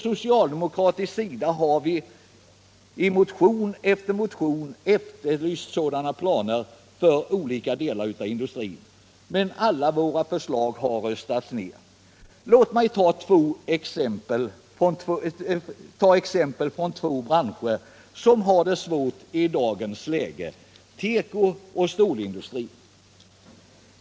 Socialdemokrater har i motion efter motion efterlyst sådana planer för olika delar av industrin. Men alla förslag har röstats ned. Låt mig som exempel ta två branscher som har det svårt i dagens läge — tekooch stålindustrin.